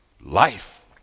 Life